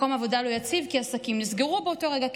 מקום העבודה לא יציב כי עסקים נסגרו באותו רגע,